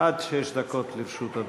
עד שש דקות לרשות אדוני.